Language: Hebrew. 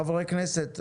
חברי הכנסת,